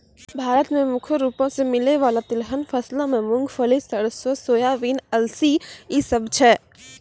भारत मे मुख्य रूपो से मिलै बाला तिलहन फसलो मे मूंगफली, सरसो, सोयाबीन, अलसी इ सभ छै